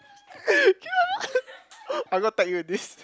I go tag you in this